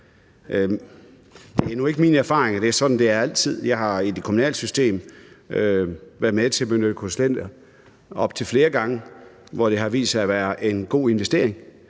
Det er nu ikke min erfaring, at det altid er sådan, det er. Jeg har i det kommunale system været med til benytte konsulenter op til flere gange, hvor det har vist sig at være en god investering,